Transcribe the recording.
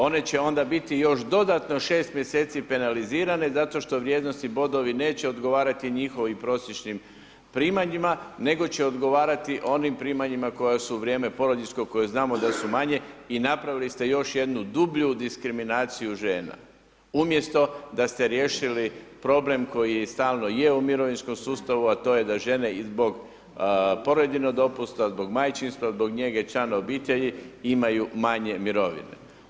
One će onda biti još dodatno 6 mjeseci penalizirane zato što vrijednosni bodovi neće odgovarati njihovim prosječnim primanjima nego će odgovarati onim primanjima koja su u vrijeme porodiljskog koja znamo da su manje i napravili ste još jednu dublju diskriminaciju žena umjesto da ste riješili problem koji stalno je u mirovinskom sustavu a to je da žene i zbog porodiljnog dopusta, zbog majčinstva, zbog njega člana obitelji imaju manje mirovine.